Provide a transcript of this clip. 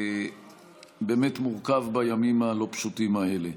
ובאמת מורכב בימים הלא-פשוטים האלה.